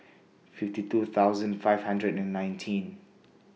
fifty two thousand five hundred and nineteen